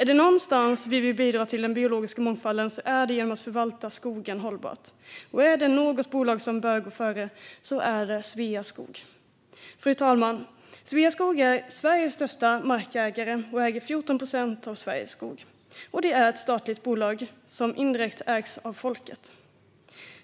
Är det någonstans vi vill bidra till den biologiska mångfalden är det genom att förvalta skogen hållbart. Och är det något bolag som bör gå före är det Sveaskog. Fru talman! Sveaskog är Sveriges största markägare och äger 14 procent av Sveriges skog. Det är ett statligt bolag som indirekt ägs av folket.